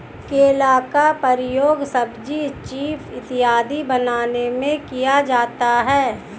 केला का प्रयोग सब्जी चीफ इत्यादि बनाने में किया जाता है